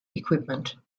equipment